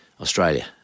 Australia